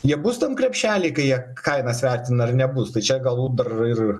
jie bus tam krepšely kai jie kainas vertina ar nebus tai čia galbūt ir ir